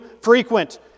frequent